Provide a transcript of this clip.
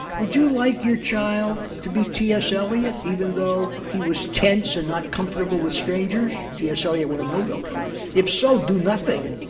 would you like your child to be t s elliot, even though he was tense and not comfortable with strangers? t s elliot won a nobel prize. if so, do nothing.